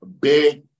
big